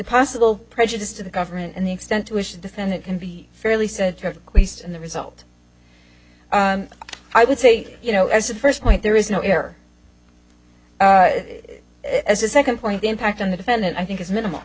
possible prejudice to the government and the extent to which the defendant can be fairly said to have least in the result i would say you know as a first point there is no air as a second point the impact on the defendant i think is minimal